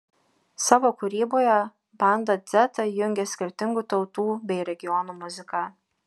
savo kūryboje banda dzeta jungia skirtingų tautų bei regionų muziką